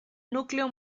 núcleo